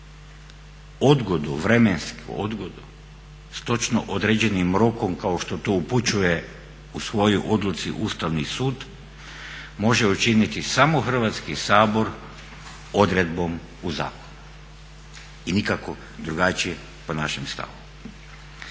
ne primjenjuje. Odgodu s točno određenim rokom kao što to upućuje u svojoj odluci Ustavni sud može učiniti samo Hrvatski sabor odredbom u zakonu i nikako drugačije po našem stavu.